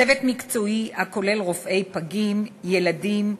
צוות מקצועי הכולל רופאי פגים וילדים,